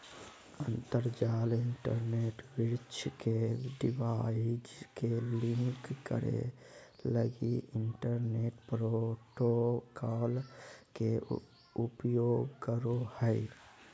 अंतरजाल इंटरनेट विश्व में डिवाइस के लिंक करे लगी इंटरनेट प्रोटोकॉल के उपयोग करो हइ